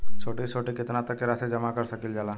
छोटी से छोटी कितना तक के राशि जमा कर सकीलाजा?